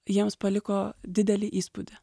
jiems paliko didelį įspūdį